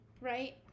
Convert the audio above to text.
right